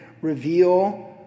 reveal